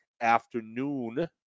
afternoon